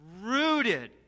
rooted